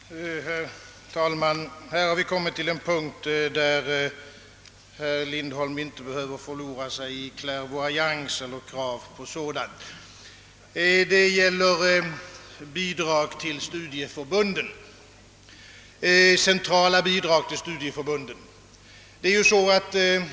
Herr talman! Här har vi kommit till en punkt, där herr Lindholm inte behöver förlora sig i klärvoajans. Det gäller centrala bidrag till studieförbunden.